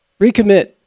Recommit